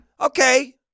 okay